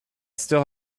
still